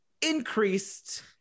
increased